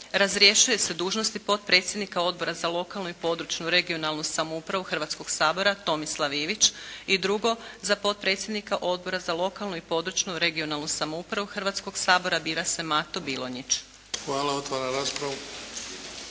razrješuje se dužnosti potpredsjednika Odbora za lokalnu i područnu (regionalnu) samoupravu Hrvatskog sabora Tomislav Ivić. I drugo, za potpredsjednika Odbora za lokalnu i područnu (regionalnu) samoupravu Hrvatskog sabora bira se Mato Bilonjić. **Bebić, Luka